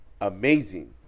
amazing